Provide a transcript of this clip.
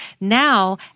Now